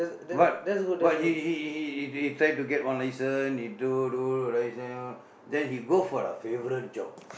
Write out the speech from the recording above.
but but he he he he tried to get one license he do do license then he go for a favourite job